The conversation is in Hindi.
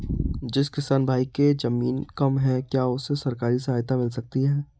जिस किसान भाई के ज़मीन कम है क्या उसे सरकारी सहायता मिल सकती है?